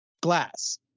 glass